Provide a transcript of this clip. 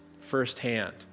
firsthand